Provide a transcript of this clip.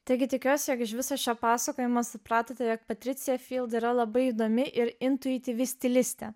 taigi tikiuosi jog iš viso čia pasakojama supratote jog patricija yra labai įdomi ir intuityvi stilistė